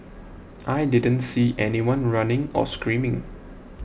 I didn't see anyone running or screaming